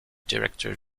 director